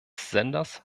senders